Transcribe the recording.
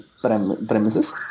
premises